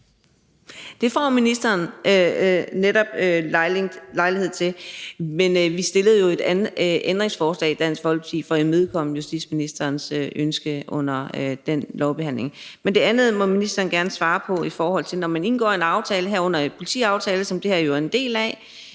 Det får ministeren netop lejlighed til. Men vi stillede jo et ændringsforslag i Dansk Folkeparti for at imødekomme justitsministerens ønske under den lovbehandling. Men det andet må ministeren gerne svare på: Når man indgår en aftale, herunder en politiaftale, som det her jo er en del af,